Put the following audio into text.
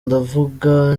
ndavuga